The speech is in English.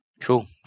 cool